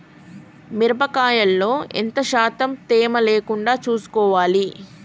మిరప కాయల్లో ఎంత శాతం తేమ లేకుండా చూసుకోవాలి?